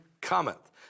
cometh